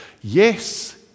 Yes